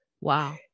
wow